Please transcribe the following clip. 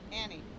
Annie